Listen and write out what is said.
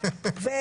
הממשלה.